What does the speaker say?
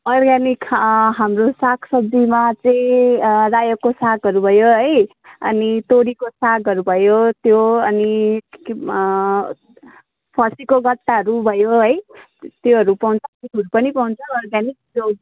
organic हाम्रो सागसब्जीमा चाहिँ रायोको सागहरू भयो है अनि तोरीको सागहरू भयो त्यो अनि के फर्सीको गट्टाहरू भयो है त्योहरू पाउँछ फ्रुट पनि पाउँछ अर्ग्यानिक त्यो